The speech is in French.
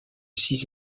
six